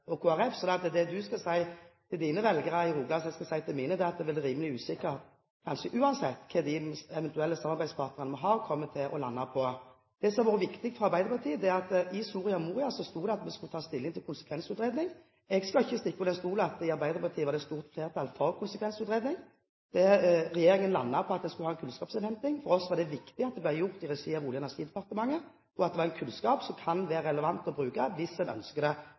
Kristelig Folkeparti. Så det Solvik-Olsen skal si til sine velgere i Rogaland, og som jeg skal si til mine, er at det er rimelig usikkert – kanskje uansett – hva de eventuelle samarbeidspartnerne vi har, kommer til å lande på. Det som også er viktig for Arbeiderpartiet, er at i Soria Moria sto det at vi skulle ta stilling til konsekvensutredning. Jeg skal ikke stikke under stol at i Arbeiderpartiet var det et stort flertall for konsekvensutredning. Regjeringen landet på at en skulle ha kunnskapsinnhenting, og for oss var det viktig at det ble gjort i regi av Olje- og energidepartementet, og at det var en kunnskap som det kan være relevant å bruke, hvis en ønsker det,